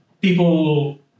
people